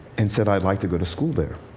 and said i'd like to go to school there.